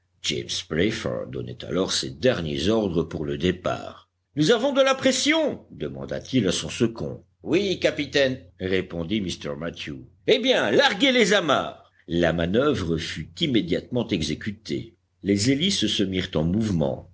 alors ses derniers ordres pour le départ nous avons de la pression demanda-t-il à son second oui capitaine répondit mr mathew eh bien larguez les amarres la manœuvre fut immédiatement exécutée les hélices se mirent en mouvement